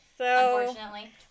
Unfortunately